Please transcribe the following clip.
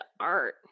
art